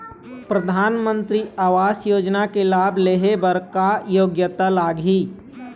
परधानमंतरी आवास योजना के लाभ ले हे बर का योग्यता लाग ही?